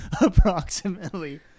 Approximately